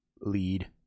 lead